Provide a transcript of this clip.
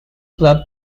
club